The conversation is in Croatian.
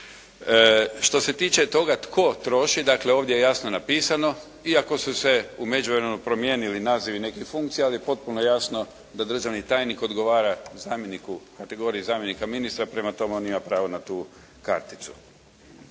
Što se tiče toga tko troši, dakle ovdje je jasno napisano iako su se u međuvremenu promijenili nazivi nekih funkcija. Ali je potpuno jasno da državni tajnik odgovara zamjeniku, kategoriji zamjenika ministra. Prema tome, on ima pravo na tu karticu.